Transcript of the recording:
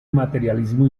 materialismo